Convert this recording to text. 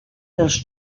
els